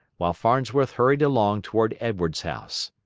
while farnsworth hurried along toward edwards's house.